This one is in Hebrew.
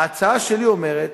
ההצעה שלי אומרת: